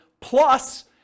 plus